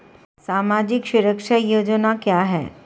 सामाजिक सुरक्षा योजना क्या है?